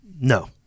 No